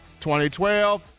2012